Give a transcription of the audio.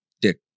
dick